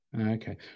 Okay